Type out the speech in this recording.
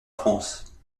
france